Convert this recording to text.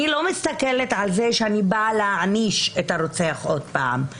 אני לא מסתכלת על זה שאני באה להעניש את הרוצח עוד פעם.